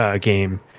game